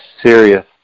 serious